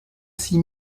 six